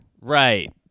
Right